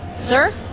Sir